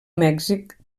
mèxic